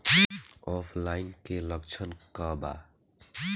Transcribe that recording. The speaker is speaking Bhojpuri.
ऑफलाइनके लक्षण क वा?